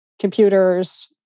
computers